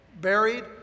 buried